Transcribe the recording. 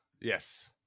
Yes